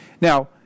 Now